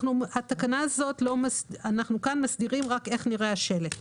אנחנו כאן מסדירים רק איך נראה השלט.